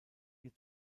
ihr